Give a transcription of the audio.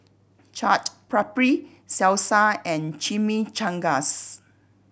Chaat Papri Salsa and Chimichangas